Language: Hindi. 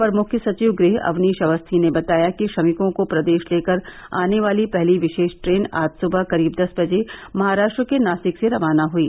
अपर मुख्य सचिव गृह अवनीश अवस्थी ने बताया कि श्रमिकों को प्रदेश लेकर आने वाली पहली विशेष ट्रेन आज सुबह करीब दस बजे महाराष्ट्र के नासिक से रवाना हुई